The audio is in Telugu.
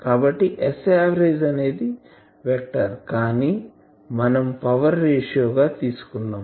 కాబట్టి Saverage అనేది వెక్టార్ కానీ మనం పవర్ రేషియో గా తీసుకున్నాం